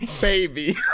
Baby